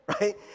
right